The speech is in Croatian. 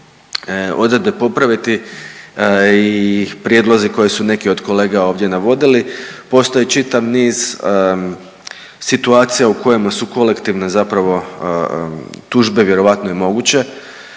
odredbe popraviti i prijedlozi koje su neki od kolega ovdje navodili. Postoje čitav niz situacija u kojima su kolektivne zapravo tužbe vjerojatno i moguće,